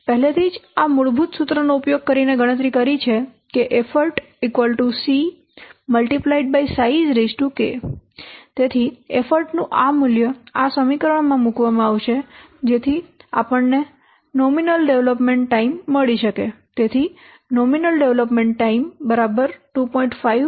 પહેલેથી જ આ મૂળભૂત સૂત્રનો ઉપયોગ કરીને ગણતરી કરી છે કે તેથી એફર્ટ નું આ મૂલ્ય આ સમીકરણમાં મૂકવામાં આવશે જેથી આપણને નોમિનલ ડેવેલપમેન્ટ ટાઈમ મળી શકે